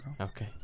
Okay